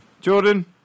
Jordan